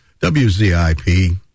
WZIP